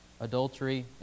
adultery